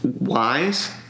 wise